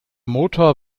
motor